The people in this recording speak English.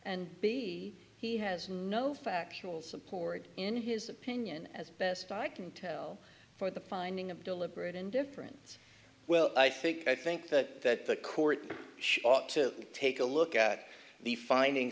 and b he has no factual support in his opinion as best i can tell for the finding of deliberate indifference well i think i think that the court ought to take a look at the finding